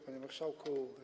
Panie Marszałku!